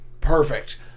Perfect